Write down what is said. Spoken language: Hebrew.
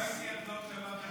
מה עם התלאות שעברתם